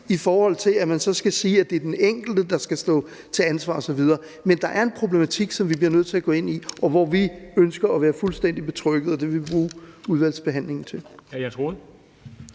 i forhold til at man så skal sige, at det er den enkelte, der skal stå til ansvar osv. Men der er en problematik, som vi bliver nødt til at gå ind i, og hvor vi ønsker at være fuldstændig betrygget, og det vil vi bruge udvalgsbehandlingen til. Kl.